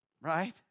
Right